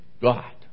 God